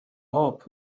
hope